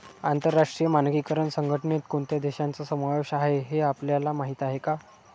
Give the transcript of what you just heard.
आंतरराष्ट्रीय मानकीकरण संघटनेत कोणत्या देशांचा समावेश आहे हे आपल्याला माहीत आहे का?